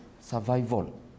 survival